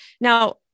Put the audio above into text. Now